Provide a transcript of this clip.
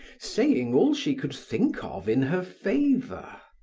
saying all she could think of in her favor.